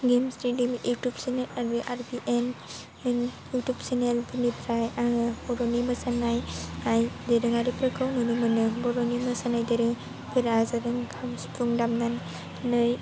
गेमस्रिनि YouTube channel R B N YouTube channel फोरनिफ्राय आङो बर'नि मोसानाय आइ दोरोङारिफोरखौ नुनो मोनो बर'नि मोसानाय दोरोंफोरा जादों खाम सिफुं दामनानै